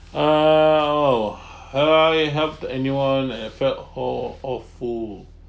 uh oh uh you helped anyone and felt ho~ awful